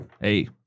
hey